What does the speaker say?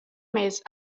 més